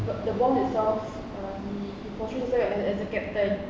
but the boss itself he he portray himself as the captain